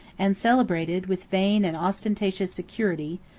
and celebrated, with vain and ostentatious security,